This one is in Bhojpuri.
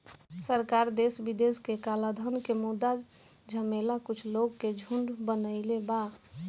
सरकार देश विदेश के कलाधन के मुद्दा समझेला कुछ लोग के झुंड बनईले बा